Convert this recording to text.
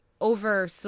Over